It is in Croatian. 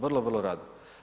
Vrlo, vrlo rado.